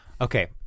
Okay